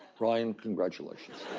ryan, congratulations.